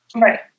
Right